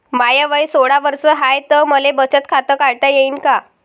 माय वय सोळा वर्ष हाय त मले बचत खात काढता येईन का?